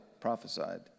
prophesied